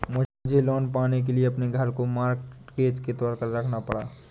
मुझे लोन पाने के लिए अपने घर को मॉर्टगेज के तौर पर रखना पड़ा